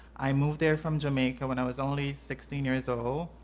i moved there from jamaica when i was only sixteen years old.